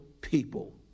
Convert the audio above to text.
people